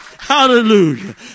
Hallelujah